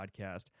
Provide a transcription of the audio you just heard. podcast